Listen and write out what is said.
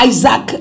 Isaac